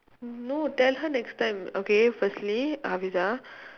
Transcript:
no tell her next time okay firstly hafeezah